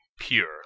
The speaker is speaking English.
pure